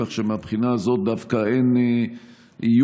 כך שמהבחינה הזאת דווקא אין איום,